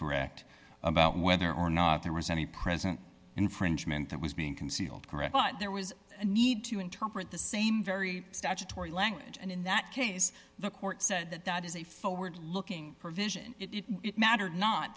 correct about whether or not there was any present infringement that was being concealed correct but there was a need to interpret the same very statutory language and in that case the court said that that is a forward looking provision it mattered not